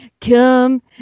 come